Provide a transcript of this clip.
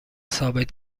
ثابت